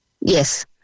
yes